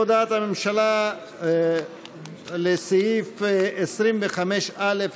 הודעת הממשלה בהתאם לסעיף 9(א)(8),